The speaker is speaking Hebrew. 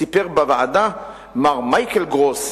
סיפר בוועדה מר מייקל גרוס,